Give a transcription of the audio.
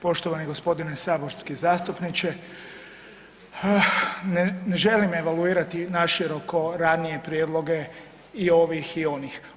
Poštovani gospodine saborski zastupniče, ne želim evaluirati naše ranije prijedloge i ovih i onih.